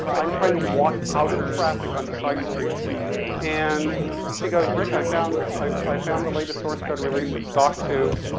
i'm trying to walk out of traffic on to side streets and she goes, rick, i found, i found the latest source code release, it's dock two,